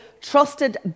trusted